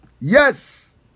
Yes